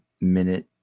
minute